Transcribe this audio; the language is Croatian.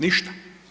Ništa.